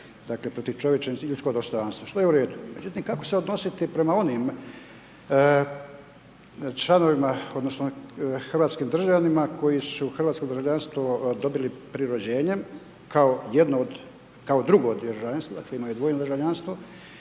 dakle protiv čovječnosti i ljudskog dostojanstva, što je u redu. Međutim kako se odnositi prema onim članovima odnosno hrvatskim državljanima koji su hrvatsko državljanstvo dobili prirođenjem kao jedno od, kao drugo državljanstvo, dakle imaju dvojno državljanstvo